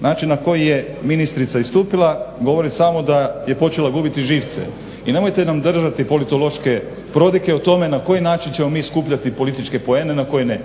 na koji je ministrica istupila govori samo da je počela gubiti živce. I nemojte nam držati politološke prodike o tome na koji način ćemo mi skupljati političke poene na koje ne.